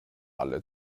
alle